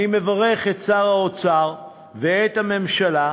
אני מברך את שר האוצר ואת הממשלה,